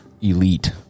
Elite